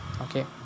okay